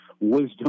wisdom